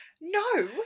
no